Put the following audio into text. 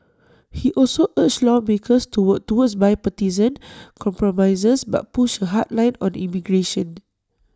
he also urged lawmakers to work toward bipartisan compromises but pushed A hard line on immigration